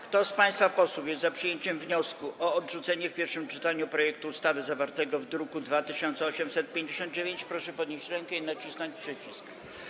Kto z państwa posłów jest za przyjęciem wniosku o odrzucenie w pierwszym czytaniu projektu ustawy zawartego w druku nr 2859, proszę podnieść rękę i nacisnąć przycisk.